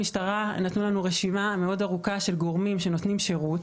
המשטרה נתנה לנו רשימה מאוד ארוכה של גורמים שנותנים שירות